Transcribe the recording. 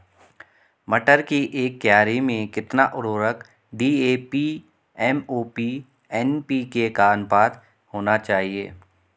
मटर की एक क्यारी में कितना उर्वरक डी.ए.पी एम.ओ.पी एन.पी.के का अनुपात होना चाहिए?